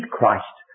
Christ